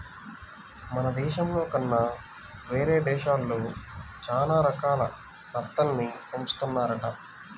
మన దేశంలో కన్నా వేరే దేశాల్లో చానా రకాల నత్తల్ని పెంచుతున్నారంట